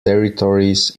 territories